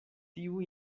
tiu